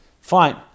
fine